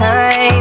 time